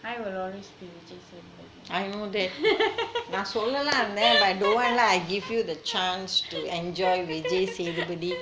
I always be with vijay sethupathi